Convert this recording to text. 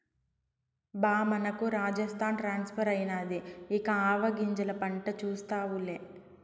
బా మనకు రాజస్థాన్ ట్రాన్స్ఫర్ అయినాది ఇక ఆవాగింజల పంట చూస్తావులే